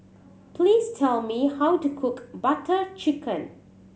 please tell me how to cook Butter Chicken